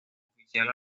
oficial